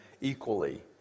equally